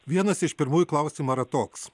vienas iš pirmųjų klausimų yra toks